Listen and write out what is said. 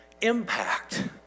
impact